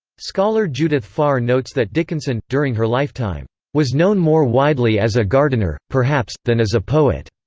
scholar judith farr notes that dickinson, during her lifetime, was known more widely as a gardener, perhaps, than as a poet.